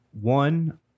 one